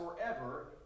forever